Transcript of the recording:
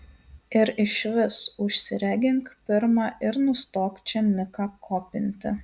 ir išvis užsiregink pirma ir nustok čia niką kopinti